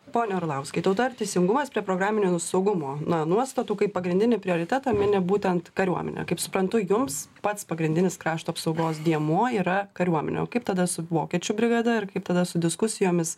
pone orlauskai tauta ir teisingumas prie programinių n saugumo na nuostatų kaip pagrindinį prioritetą mini būtent kariuomenę kaip suprantu jums pats pagrindinis krašto apsaugos dėmuo yra kariuomenė o kaip tada su vokiečių brigada ir kaip tada su diskusijomis